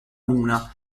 luna